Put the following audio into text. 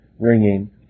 ringing